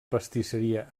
pastisseria